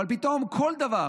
אבל פתאום כל דבר